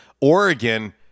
Oregon